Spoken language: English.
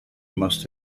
must